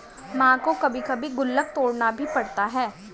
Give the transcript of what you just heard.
मां को कभी कभी गुल्लक तोड़ना भी पड़ता है